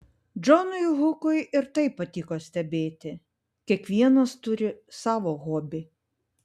džonui hukui ir tai patiko stebėti kiekvienas turi savo hobį